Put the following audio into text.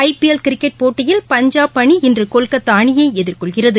IPL cricket போட்டியில் பஞ்சாப் அணி இன்று கொல்கத்தா அணியை எதிர்கொள்கிறது